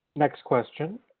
next question.